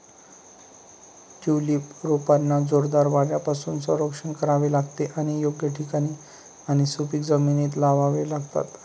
tulip रोपांना जोरदार वाऱ्यापासून संरक्षण करावे लागते आणि योग्य ठिकाणी आणि सुपीक जमिनीत लावावे लागते